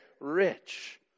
rich